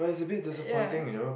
ya